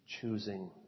Choosing